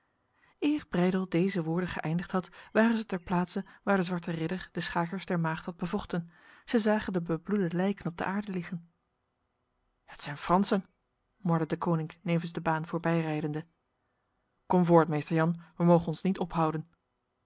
breydel deze woorden geëindigd had waren zij ter plaatse waar de zwarte ridder de schakers der maagd had bevochten zij zagen de bebloede lijken op de aarde liggen het zijn fransen morde deconinck nevens de baan voorbijrijdende kom voort meester jan wij mogen ons niet ophouden